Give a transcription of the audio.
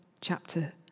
chapter